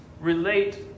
relate